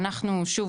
אנחנו שוב,